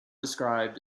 described